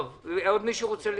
עוד מישהו רוצה להתייחס?